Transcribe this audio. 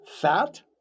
fat